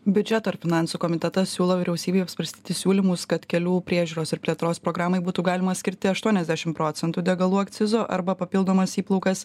biudžeto ir finansų komitetas siūlo vyriausybei apsvarstyti siūlymus kad kelių priežiūros ir plėtros programai būtų galima skirti aštuoniasdešim procentų degalų akcizo arba papildomas įplaukas